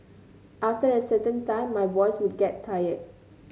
after a certain time my voice would get tired